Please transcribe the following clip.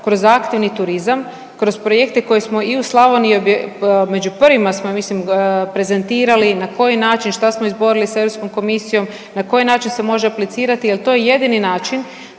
kroz aktivni turizam, kroz projekte koje smo i u Slavoniji među prvima smo ja mislim prezentirali na koji način šta smo izborili sa Europskom komisijom, na koji način se može aplicirati jel to je jedini način.